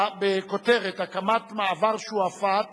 בכותרת: הקמת מעבר שועפאט